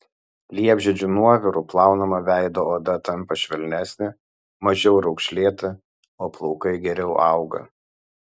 liepžiedžių nuoviru plaunama veido oda tampa švelnesnė mažiau raukšlėta o plaukai geriau auga